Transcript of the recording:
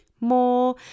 more